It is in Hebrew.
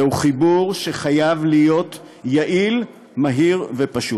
זהו חיבור שחייב להיות יעיל, מהיר ופשוט.